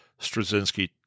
Straczynski